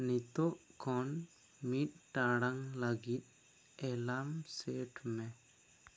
ᱱᱤᱛᱚᱜ ᱠᱷᱚᱱ ᱢᱤᱫ ᱴᱟᱲᱟᱝ ᱞᱟ ᱜᱤᱫ ᱮᱞᱟᱢ ᱥᱮᱴ ᱢᱮ